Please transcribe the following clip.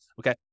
Okay